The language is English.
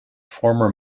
former